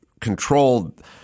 controlled